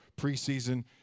preseason